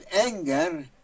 anger